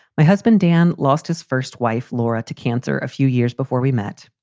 my husband dan lost his first wife, laura, to cancer a few years before we met.